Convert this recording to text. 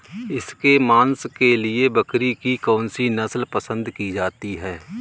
इसके मांस के लिए बकरी की कौन सी नस्ल पसंद की जाती है?